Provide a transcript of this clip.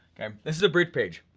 um this is a bridge page,